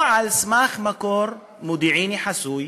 או על סמך מקור מודיעיני חסוי,